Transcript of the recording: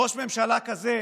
ראש ממשלה כזה,